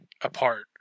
apart